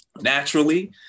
naturally